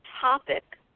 topic